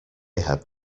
had